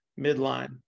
midline